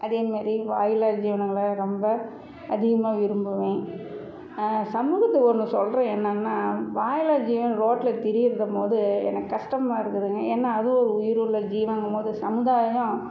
அதேமாதிரி வாயில்லா ஜீவனுங்களை ரொம்ப அதிகமாக விரும்புவேன் சமூகத்துக்கு ஒன்று சொல்கிறேன் என்னென்னா வாயில்லா ஜீவன் ரோட்டில் திரியிறதும் போது எனக்கு கஷ்டமா இருக்குதுங்க ஏன்னா அதுவும் ஒரு உயிருள்ள ஜீவன்ங்கும் போது சமுதாயம்